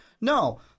No